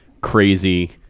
crazy